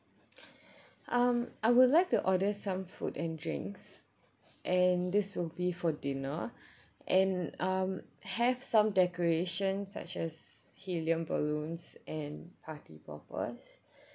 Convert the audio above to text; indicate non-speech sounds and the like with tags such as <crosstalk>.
<breath> um I would like to order some food and drinks and this will be for dinner and um have some decoration such as helium balloons and party poppers